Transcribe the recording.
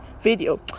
Video